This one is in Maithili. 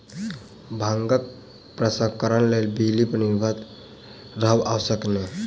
भांगक प्रसंस्करणक लेल बिजली पर निर्भर रहब आवश्यक नै